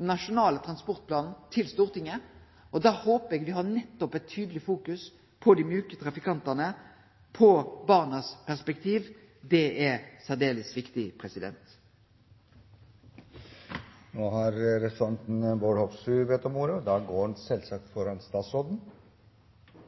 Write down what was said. Nasjonal transportplan til Stortinget. Da håpar eg me nettopp fokuserer tydeleg på dei mjuke trafikantane, på bornas perspektiv. Det er særdeles viktig. Først av alt har jeg lyst til å takke forslagsstillerne for et veldig godt forslag. Det er derfor litt trist at statsråden og